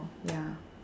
ya